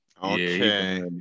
Okay